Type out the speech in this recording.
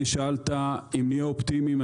אם נהיה אופטימיים,